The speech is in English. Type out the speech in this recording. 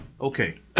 Okay